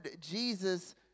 Jesus